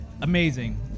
amazing